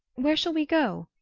where shall we go?